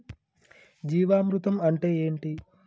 జీవామృతం అంటే ఏంటి?